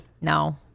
No